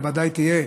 אתה ודאי תהיה.